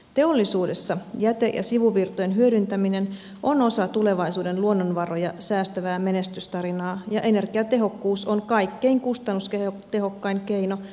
teollisuudessa jäte ja sivuvirtojen hyödyntäminen on osa tulevaisuuden luonnonvaroja säästävää menestystarinaa ja energiatehokkuus on kaikkein kustannustehokkain keino vähentää päästöjä